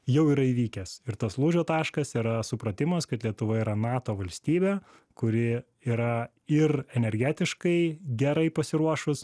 jau yra įvykęs ir tas lūžio taškas yra supratimas kad lietuva yra nato valstybė kuri yra ir energetiškai gerai pasiruošus